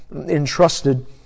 entrusted